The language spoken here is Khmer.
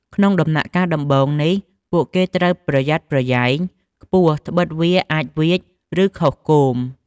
ក្នុងដំណាក់កាលដំបូងនេះ ពួកគេត្រូវប្រយ័ត្នប្រយែងខ្ពស់ដ្បិតវាអាចវៀច ឬខុសគោម។